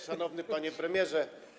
Szanowny Panie Premierze!